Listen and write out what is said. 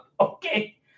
Okay